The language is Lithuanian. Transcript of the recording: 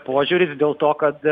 požiūris dėl to kad